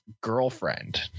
girlfriend